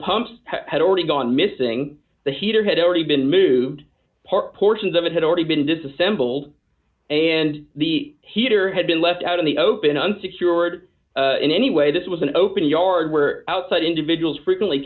pumps had already gone missing the heater had already been moved portions of it had already been disassembled and the heater had been left out in the open unsecured and anyway this was an open yard where outside individuals frequently